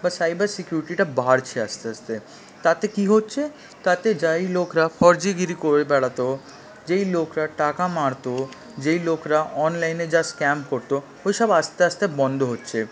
বা সাইবার সিকিউরিটিটা বাড়ছে আস্তে আস্তে তাতে কি হচ্ছে তাতে যেই লোকরা ফরজিগিরি করে বেড়াত যেই লোকরা টাকা মারত যেই লোকরা অনলাইনে যা স্ক্যাম করতো ওইসব আস্তে আস্তে বন্ধ হচ্ছে